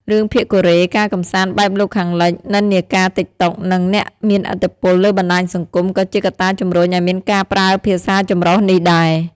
រឿងភាគកូរ៉េ ការកម្សាន្តបែបលោកខាងលិច និន្នាការ TikTok និងអ្នកមានឥទ្ធិពលលើបណ្ដាញសង្គមក៏ជាកត្តាជម្រុញឱ្យមានការប្រើភាសាចម្រុះនេះដែរ។